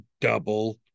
double